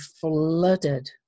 flooded